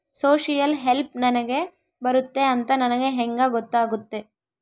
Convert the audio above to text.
Social help ನನಗೆ ಬರುತ್ತೆ ಅಂತ ನನಗೆ ಹೆಂಗ ಗೊತ್ತಾಗುತ್ತೆ?